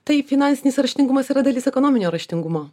tai finansinis raštingumas yra dalis ekonominio raštingumo